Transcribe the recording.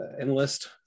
enlist